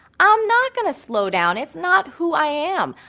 i'm not gonna slow down, it's not who i am.